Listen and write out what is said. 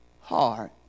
heart